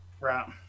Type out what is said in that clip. Right